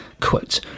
Quote